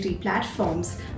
platforms